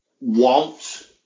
want